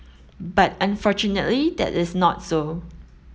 but unfortunately that is not so